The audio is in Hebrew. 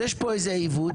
יש פה איזה עיוות,